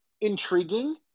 intriguing